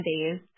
days